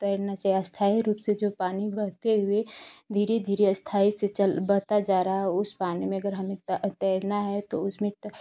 तैरना चाहिए स्थाई रूप से जो पानी बहते हुए धीरे धीरे स्थाई से चल बहता जा रहा है उस पानी में अगर हमें तै तैरना है तो उसमें